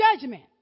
judgment